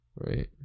Right